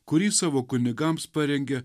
kurį savo kunigams parengė